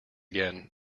again